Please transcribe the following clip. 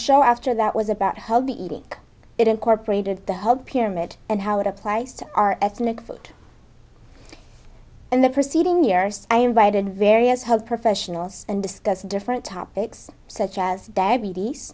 show after that was about healthy eating it incorporated the whole pyramid and how it applies to our ethnic food in the proceeding years i invited various health professionals and discuss different topics such as diabetes